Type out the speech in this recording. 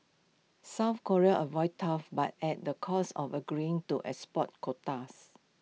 south Korea avoided tariffs but at the cost of agreeing to export quotas